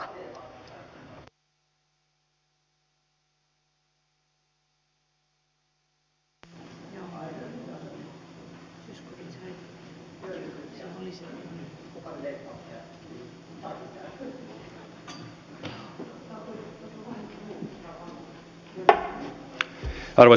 arvoisa puhemies